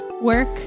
work